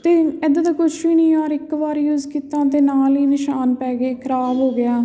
ਅਤੇ ਇੱਦਾਂ ਦਾ ਕੁਛ ਵੀ ਨਹੀਂ ਹੈ ਔਰ ਇੱਕ ਵਾਰੀ ਯੂਜ ਕੀਤਾ ਤਾਂ ਨਾਲ਼ ਹੀ ਨਿਸ਼ਾਨ ਪੈ ਗਏ ਖਰਾਬ਼ ਹੋ ਗਿਆ